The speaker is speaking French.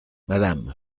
madame